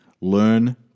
learn